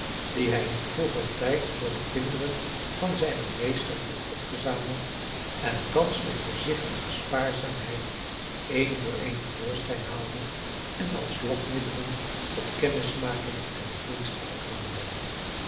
die hij in vroeger tijd voor de kinderen van zijnen meester had opgezameld en thans met voorzichtige spaarzaamheid een voor een te voorschijn haalde en als lokmiddelen tot kennismaking en vriendschap aanwendde